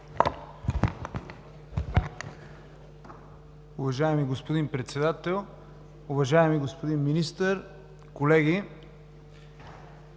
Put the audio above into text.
Уважаеми господин Председател, уважаеми господин Министър, колеги!